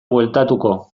bueltatuko